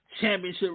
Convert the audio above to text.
Championship